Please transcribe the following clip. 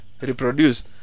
reproduce